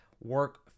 work